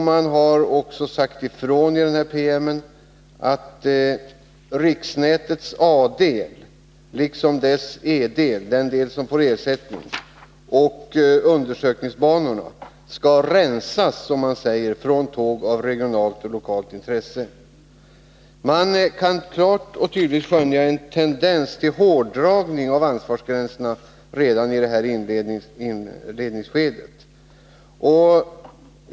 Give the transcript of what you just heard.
Man har också i denna PM sagt ifrån att riksnätets A-del liksom dess E-del — den del som får ersättning — och undersökningsbanorna skall rensas, som man säger, från tåg av regionalt och lokalt intresse. Man kan klart och tydligt skönja en tendens till hårdragning av ansvarsgränserna redan i inledningsskedet.